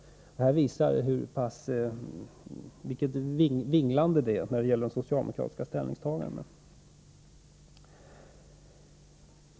Detta visar vilket vinglande det är när det gäller de socialdemokratiska ställningstagandena.